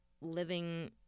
living